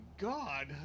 god